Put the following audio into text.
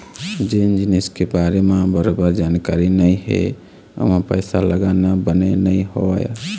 जेन जिनिस के बारे म बरोबर जानकारी नइ हे ओमा पइसा लगाना बने नइ होवय